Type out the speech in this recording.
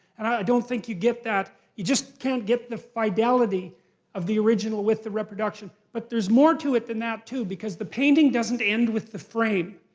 and i don't think you get that, you just can't get the fidelity of the original with the reproduction. but there's more to it than that too, because the painting doesn't end with the frame.